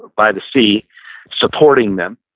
by the sea supporting them.